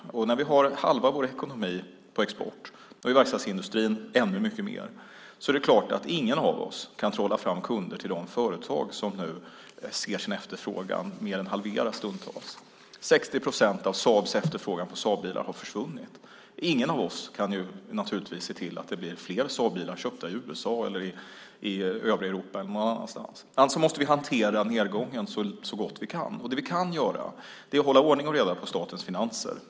Vi har halva vår ekonomi på export, och i verkstadsindustrin ännu mycket mer, och det är klart att ingen av oss kan trolla fram kunder till de företag som nu ser sin efterfrågan mer än halveras stundtals. 60 procent av efterfrågan på Saabbilar har försvunnit. Ingen av oss kan naturligtvis se till att fler Saabbilar blir köpta i USA, övriga Europa eller någon annanstans. Alltså måste vi hantera nedgången så gott vi kan. Det vi kan göra är att hålla ordning och reda på statens finanser.